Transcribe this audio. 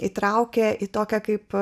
įtraukia į tokią kaip